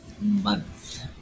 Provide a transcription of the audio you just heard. month